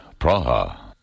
Praha